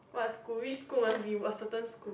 what school which school must be a certain school